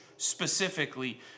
Specifically